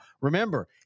remember